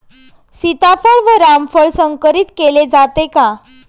सीताफळ व रामफळ संकरित केले जाते का?